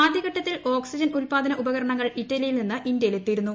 ആദ്യഘട്ടത്തിൽ ഓക്സിജൻ ഉല്പാദന ഉപകരണങ്ങൾ ഇറ്റലിയിൽ നിന്ന് ഇന്തൃയിൽ എത്തിയിരുന്നു